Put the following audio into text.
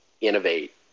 innovate